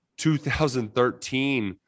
2013